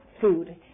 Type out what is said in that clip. food